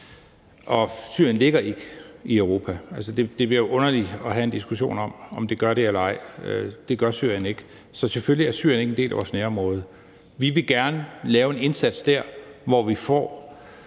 Syrien ligger ikke i Europa. Det bliver underligt at have en diskussion om, om det gør det eller ej. Det gør Syrien ikke, så selvfølgelig er Syrien ikke en del af vores nærområde. Vi vil gerne lave en indsats der, hvor vi får